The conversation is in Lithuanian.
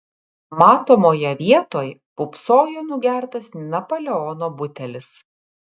matomoje vietoj pūpsojo nugertas napoleono butelis